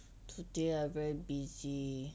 today I very busy